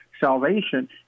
salvation